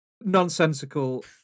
nonsensical